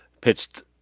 pitched